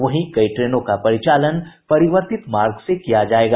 वहीं कई ट्रेनों का परिचालन परिवर्तित मार्ग से किया जायेगा